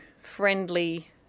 friendly